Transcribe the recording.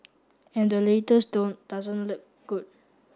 and the latest doesn't look good